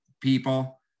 people